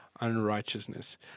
unrighteousness